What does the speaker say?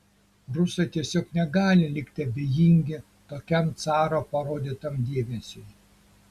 rusai tiesiog negali likti abejingi tokiam caro parodytam dėmesiui